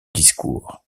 discours